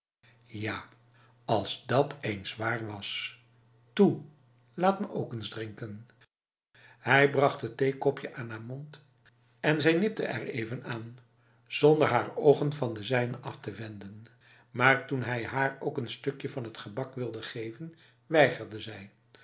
ja als dat eens waar wash toe laat me ook eens drinken hij bracht t theekopje aan haar mond en zij nipte er even aan zonder haar ogen van de zijne af te wenden maar toen hij haar ook een stukje van het gebak wilde geven weigerde zij